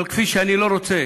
אבל כפי שאני לא רוצה